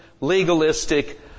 legalistic